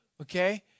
okay